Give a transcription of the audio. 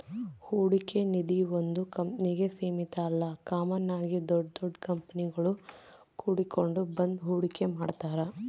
ಹೂಡಿಕೆ ನಿಧೀ ಒಂದು ಕಂಪ್ನಿಗೆ ಸೀಮಿತ ಅಲ್ಲ ಕಾಮನ್ ಆಗಿ ದೊಡ್ ದೊಡ್ ಕಂಪನಿಗುಳು ಕೂಡಿಕೆಂಡ್ ಬಂದು ಹೂಡಿಕೆ ಮಾಡ್ತಾರ